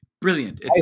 brilliant